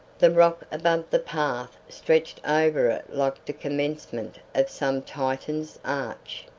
the rock above the path stretched over it like the commencement of some titan's arch,